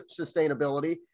sustainability